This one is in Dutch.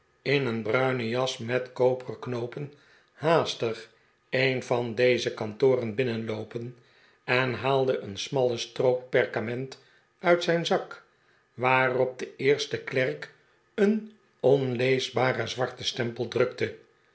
in een brume jas met koperen knoopen haastig een van deze kantpren binnenloopen en haalde een smalle strook perkament uit zijn zak waarop de eerste klerk een onleesbaren zwarten stempel drukte